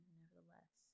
nevertheless